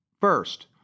First